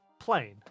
Plane